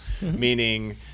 meaning